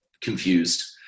confused